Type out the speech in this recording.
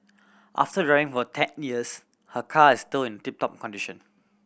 after driving for ten years her car is still in tip top condition